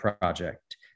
project